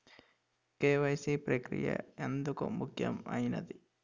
KYC ప్రక్రియ ఎందుకు ముఖ్యమైనది?